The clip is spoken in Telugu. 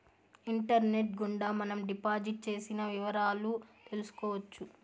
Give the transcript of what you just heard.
ఇంటర్నెట్ గుండా మనం డిపాజిట్ చేసిన వివరాలు తెలుసుకోవచ్చు